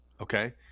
Okay